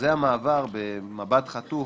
אחוזי המעבר במבט חטוף